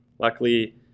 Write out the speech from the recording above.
Luckily